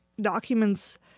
documents